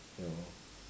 ya lor